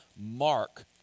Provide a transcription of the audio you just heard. Mark